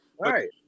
Right